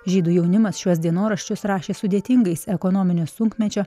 žydų jaunimas šiuos dienoraščius rašė sudėtingais ekonominio sunkmečio